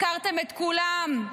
הפקרתם את כולם.